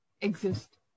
exist